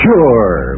Sure